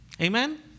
Amen